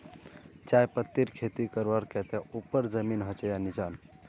चाय पत्तीर खेती करवार केते ऊपर जमीन होचे या निचान?